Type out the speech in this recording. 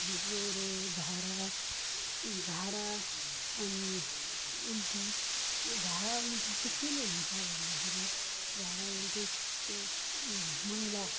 ज्वरो झाडा झाडा अनि उल्टी यो झाडा उल्टी चाहिँ कहिले हुन्छ भन्दाखेरि झाडा उल्टी त्यो मैला